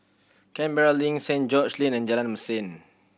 Canberra Link Saint George's Lane and Jalan Mesin